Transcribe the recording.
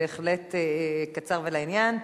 בהחלט קצר ולעניין.